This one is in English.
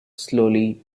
slowly